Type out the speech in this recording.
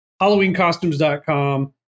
Halloweencostumes.com